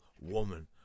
woman